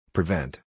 Prevent